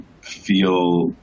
feel